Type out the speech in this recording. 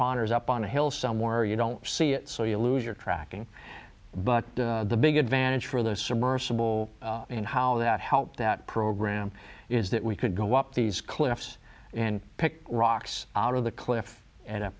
transponder is up on a hill somewhere you don't see it so you lose your tracking but the big advantage for the submersible and how that helped that program is that we could go up these cliffs and pick rocks out of the cliff and